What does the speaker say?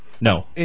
No